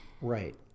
Right